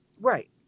right